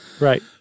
Right